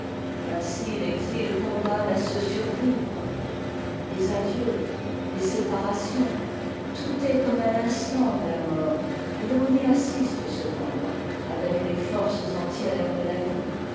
ainsi l'exil condamne à se survivre les adieux les séparations tout est comme à l'instant de la mort et l'on y assiste cependant avec les forces entières de la vie